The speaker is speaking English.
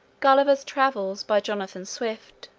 gulliver's travels by jonathan swift